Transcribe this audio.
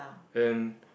and